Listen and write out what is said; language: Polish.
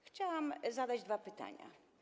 Chciałabym zadać dwa pytania.